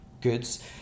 goods